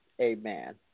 Amen